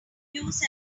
use